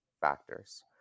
factors